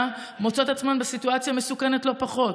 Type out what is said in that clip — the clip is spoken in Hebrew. מוצאות את עצמן בסיטואציה מסוכנת לא פחות.